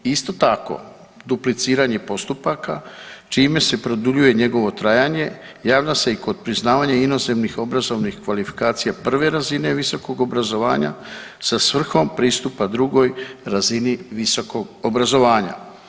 Isto tako, dupliciranje postupaka čime se produljuje njegovo trajanje javilo se i kod priznavanja inozemnih obrazovnih kvalifikacija prve razine visokog obrazovanja sa svrhom pristupa drugoj razini visokog obrazovanja.